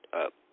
up